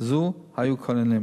זו היו כוננים.